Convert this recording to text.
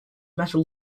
metal